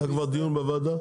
היה כבר דיון בוועדה?